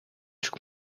shook